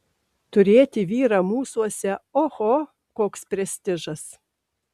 turėti vyrą mūsuose oho koks prestižas